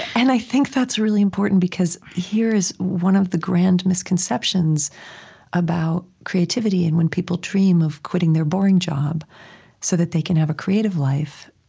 and i think that's really important, because here is one of the grand misconceptions about creativity, and when people dream of quitting their boring job so that they can have a creative life,